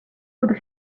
would